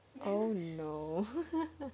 I don't know